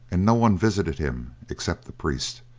and no one visited him except the priest.